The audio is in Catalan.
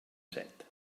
set